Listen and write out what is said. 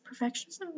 perfectionism